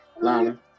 lana